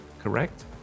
correct